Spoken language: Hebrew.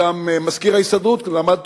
מזכיר ההסתדרות למד,